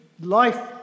life